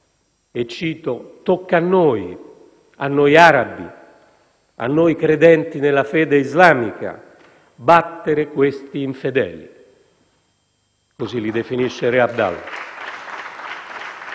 «Tocca a noi, a noi arabi, a noi credenti nella fede islamica battere questi infedeli». Così li definisce re Abd Allah.